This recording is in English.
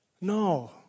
No